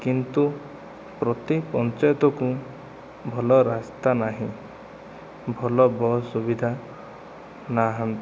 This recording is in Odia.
କିନ୍ତୁ ପ୍ରତି ପଞ୍ଚାୟତକୁ ଭଲ ରାସ୍ତା ନାହିଁ ଭଲ ବସ୍ ସୁବିଧା ନାହଁ